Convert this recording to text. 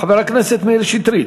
חבר הכנסת מאיר שטרית,